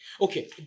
okay